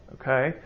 Okay